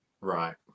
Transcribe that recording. Right